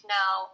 now